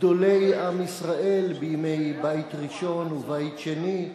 גדולי עם ישראל בימי בית ראשון ובית שני,